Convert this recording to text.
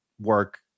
work